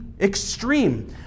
extreme